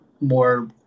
more